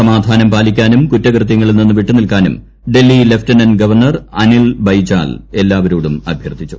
സമാധാനം പാലിക്കാനും കുറ്റകൃത്യങ്ങളിൽ നിന്ന് വിട്ടു നിൽക്കാനും ഡൽഹി ലഫ്റ്റനന്റ് ഗവർണർ അനിൽ ബൈജാൽ എല്ലാവരോടും അഭ്യർത്ഥിച്ചു